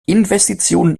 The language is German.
investitionen